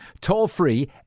toll-free